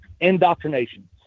indoctrination